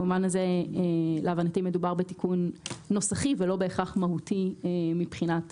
במובן הזה להבנתי מדובר בתיקון נוסחי ולא בהכרח מהותי מבחינת